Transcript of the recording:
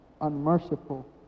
unmerciful